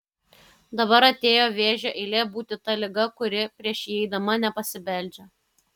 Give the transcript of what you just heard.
dabar atėjo vėžio eilė būti ta liga kuri prieš įeidama nepasibeldžia